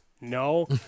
No